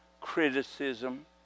criticism